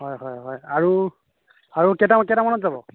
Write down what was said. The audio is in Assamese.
হয় হয় আৰু আৰু কেইটা কেইটামানত যাব